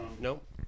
Nope